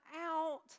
out